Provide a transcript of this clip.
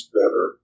better